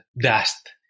dust